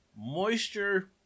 moisture